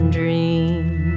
dream